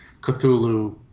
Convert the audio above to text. Cthulhu